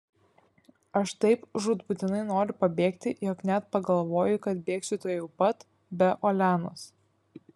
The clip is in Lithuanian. aš taip žūtbūtinai noriu pabėgti jog net pagalvoju kad bėgsiu tuojau pat be olenos